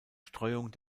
streuung